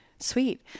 Sweet